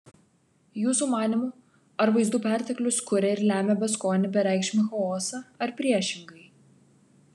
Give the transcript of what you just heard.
jūsų manymu ar vaizdų perteklius kuria ir lemia beskonį bereikšmį chaosą ar priešingai